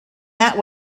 that